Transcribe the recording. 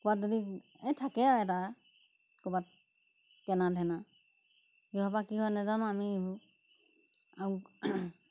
ক'ৰবাত যদি এই থাকে আৰু এটা ক'ৰবাত কেনা ধেনা সেইসোপা কি হয় নেজানো আমি এইবােৰ আউ